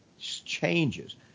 changes